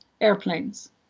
airplanes